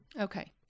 Okay